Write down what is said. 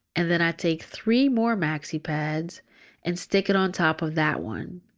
and then i take three more maxi pads and stick it on top of that one.